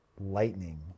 lightning